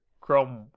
Chrome